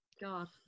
god